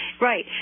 Right